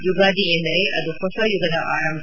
ಯುಗಾದಿ ಎಂದರೆ ಅದು ಹೊಸ ಯುಗದ ಆರಂಭ